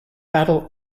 battle